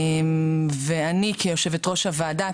ואני כיושבת ראש הוועדה,